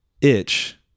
itch